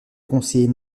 conseiller